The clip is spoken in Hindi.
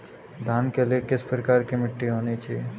धान के लिए किस प्रकार की मिट्टी होनी चाहिए?